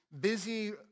busy